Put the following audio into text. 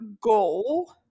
goal